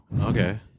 Okay